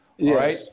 right